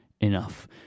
enough